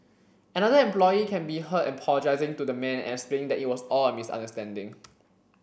another employee can be heard apologizing to the man and explaining that it was all a misunderstanding